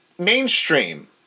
Mainstream